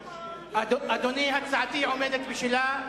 אדוני, הצעתי עומדת בשלה.